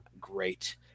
great